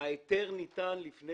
ההיתר לתורן ניתן לפני